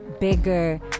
Bigger